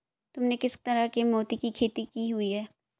तुमने किस तरह के मोती की खेती की हुई है?